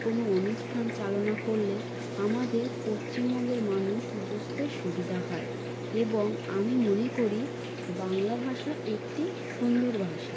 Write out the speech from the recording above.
কোনো অনুষ্ঠান চালনা করলে আমাদের পশ্চিমবঙ্গের মানুষ বুঝতে সুবিধা হয় এবং আমি মনে করি বাংলা ভাষা একটি সুন্দর ভাষা